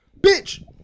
Bitch